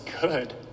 good